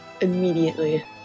immediately